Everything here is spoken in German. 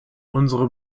unsere